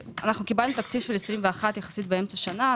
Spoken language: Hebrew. קיבלנו את תקציב 21' יחסית באמצע השנה.